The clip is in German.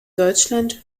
deutschland